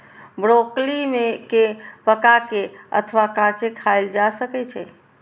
broccoli कें पका के अथवा कांचे खाएल जा सकै छै